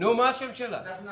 דפנה